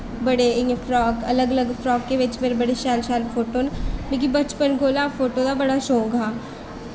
बड़े इ'यां फ्राक अलग अलग फ्राकें बिच्च बड़े फोटो न मिगी बचपन कोला दा फोटो दा बड़ा शौक हा